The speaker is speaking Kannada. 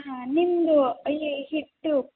ಹಾಂ ನಿಮ್ಮದು ಇಲ್ಲಿ ಹಿಟ್ಟು